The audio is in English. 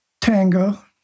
Tango